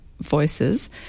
voices